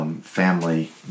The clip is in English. Family